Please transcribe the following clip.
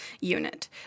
unit